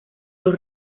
los